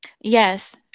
yes